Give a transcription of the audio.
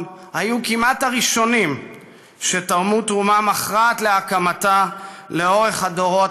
היו כמעט הראשונים שתרמו תרומה מכרעת להקמתה לאורך הדורות,